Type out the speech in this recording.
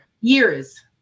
Years